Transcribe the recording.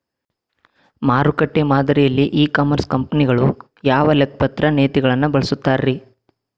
ಮಾರುಕಟ್ಟೆ ಮಾದರಿಯಲ್ಲಿ e commerce ಕಂಪನಿಗಳು ಯಾವ ಲೆಕ್ಕಪತ್ರ ನೇತಿಗಳನ್ನ ಬಳಸುತ್ತಾರಿ?